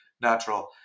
natural